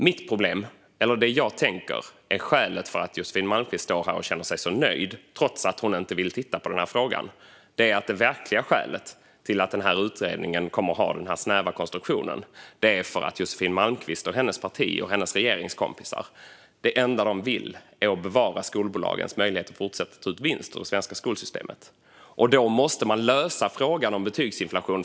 Det som jag tror är skälet till att Josefin Malmqvist står här och känner sig så nöjd, trots att hon inte vill titta på denna fråga, är att det verkliga skälet till att denna utredning kommer att ha denna snäva konstruktion är att det enda som Josefin Malmqvist och hennes regeringskompisar vill är att bevara skolbolagens möjligheter att fortsätta att ta ut vinst ur det svenska skolsystemet. Då måste de lösa frågan om betygsinflationen.